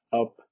up